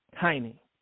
tiny